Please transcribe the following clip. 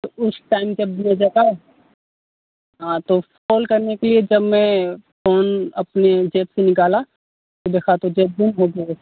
तो उस टाइम में जब जगा हाँ तो कॉल करने के लिए जब मैं फ़ोन अपनी ज़ेब से निकाला तो देखा तो ज़ेब